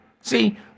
See